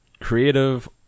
creative